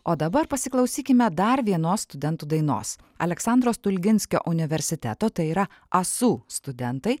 o dabar pasiklausykime dar vienos studentų dainos aleksandro stulginskio universiteto tai yra asu studentai